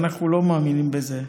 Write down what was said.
אנחנו לא מאמינים בזה.